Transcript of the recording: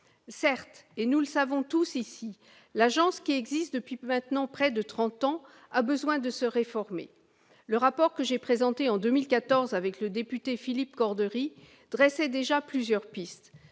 Certes, comme nous le savons tous ici, l'AEFE, qui existe depuis maintenant près de trente ans, a besoin de se réformer. Le rapport que j'ai présenté en 2014 avec le député Philip Cordery présentait déjà plusieurs pistes.